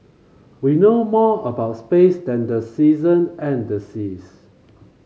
we know more about space than the season and the seas